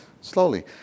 Slowly